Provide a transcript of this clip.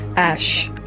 ash,